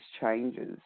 changes